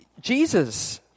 Jesus